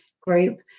group